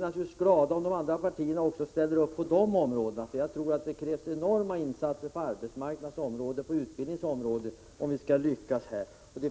naturligtvis glada om också de andra partierna ställer sig bakom dessa breda insatser, eftersom vi tror att det krävs enorma sådana på arbetsmarknadens och utbildningens områden om vi skall kunna lyckas med dessa strävanden.